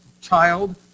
child